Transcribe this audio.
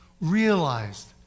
realized